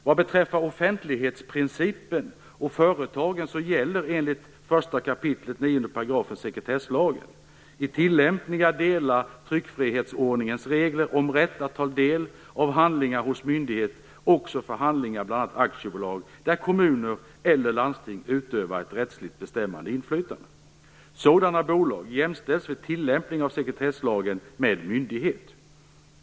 Vad beträffar offentlighetsprincipen och företagen så gäller enligt 1 kap. 9 § sekretesslagen i tillämpliga delar tryckfrihetsförordningens regler om rätt att ta del av handlingar hos myndighet också för handlingar i bl.a. aktiebolag där kommuner eller landsting utövar ett rättsligt bestämmande inflytande. Sådana bolag jämställs vid tillämpningen av sekretesslagen med myndighet.